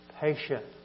patient